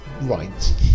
Right